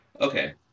Okay